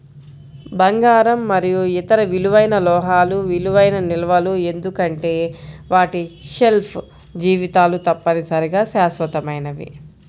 బంగారం మరియు ఇతర విలువైన లోహాలు విలువైన నిల్వలు ఎందుకంటే వాటి షెల్ఫ్ జీవితాలు తప్పనిసరిగా శాశ్వతమైనవి